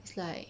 it's like